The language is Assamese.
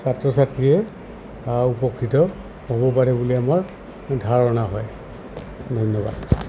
ছাত্ৰ ছাত্ৰীয়ে উপকৃত হ'ব পাৰে বুলি আমাৰ ধাৰণা হয় ধন্যবাদ